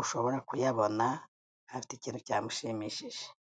ushobora kuyabona, afite ikintu cyamushimishije.